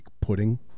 pudding